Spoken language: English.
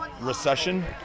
recession